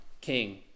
king